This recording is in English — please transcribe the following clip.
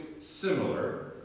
similar